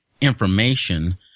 information